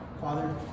father